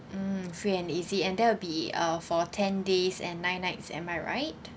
mm free and easy and that will be uh for ten days and nine nights am I right